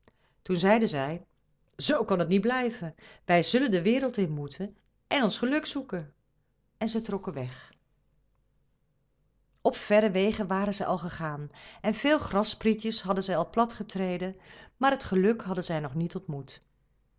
toen zeiden zij zoo kan het niet blijven wij zullen de wereld in moeten en ons geluk zoeken en zij trokken weg op verre wegen waren zij al gegaan en veel grassprietjes hadden zij al plat getreden maar het geluk hadden zij nog niet ontmoet